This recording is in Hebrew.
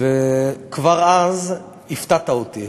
וכבר אז הפתעת אותי,